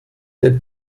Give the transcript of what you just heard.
der